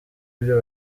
ibyo